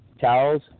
towels